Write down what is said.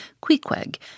Queequeg